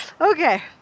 Okay